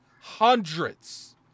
hundreds